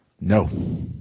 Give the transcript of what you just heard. No